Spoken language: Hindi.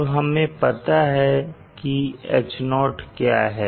अब हमें पता है की H0 क्या है